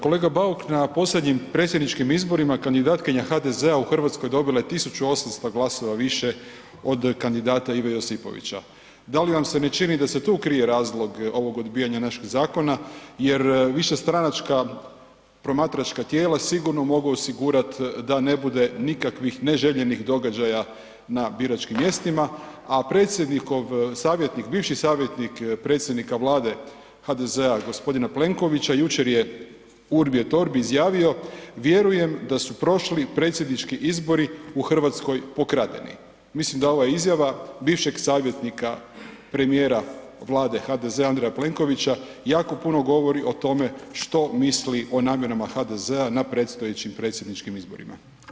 Kolega Bauk, na posljednjim predsjedničkim izborima kandidatkinja HDZ-a u RH dobila je 1800 glasova više od kandidata Ive Josipovića, da li vam se ne čini da se tu krije razlog ovog odbijanja našeg zakona jer višestranačka promatračka tijela sigurno mogu osigurat da ne bude nikakvih neželjenih događaja na biračkim mjestima, a predsjednikov savjetnik, bivši savjetnik predsjednika Vlade HDZ-a g. Plenkovića jučer je urbi et orbi izjavio „vjerujem da su prošli predsjednički izbori u RH pokradeni“, mislim da ova izjava bivšeg savjetnika premijera Vlade HDZ-a Andreja Plenkovića jako puno govori o tome što misli o namjerama HDZ-a na predstojećim predsjedničkim izborima.